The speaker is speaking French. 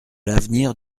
l’avenir